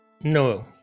No